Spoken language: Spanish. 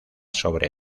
sobre